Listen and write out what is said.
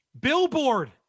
Billboard